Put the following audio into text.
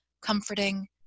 comforting